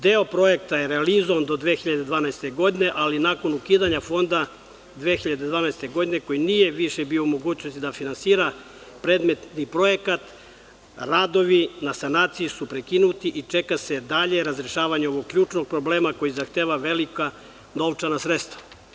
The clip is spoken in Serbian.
Deo projekta je realizovan do 2012. godine, ali nakon ukidanja fonda 2012. godine, koji nije više bio u mogućnosti da finansira predmetni projekat, radovi na sanaciji su prekinuti i čeka se dalje razrešavanje ovog ključnog problema koji zahteva velika novčana sredstava.